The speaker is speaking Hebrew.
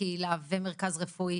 קהילה ומרכז רפואי.